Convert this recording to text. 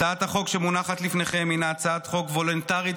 הצעת החוק שמונחת לפניכם היא הצעת חוק וולונטרית,